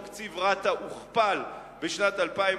תקציב רת"א הוכפל בשנת 2008,